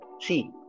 see